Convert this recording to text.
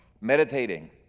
Meditating